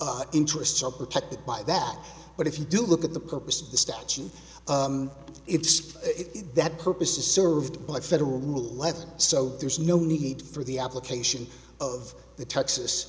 our interests are protected by that but if you do look at the purpose of the statute it's that purpose is served by federal rule level so there's no need for the application of the texas